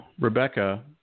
Rebecca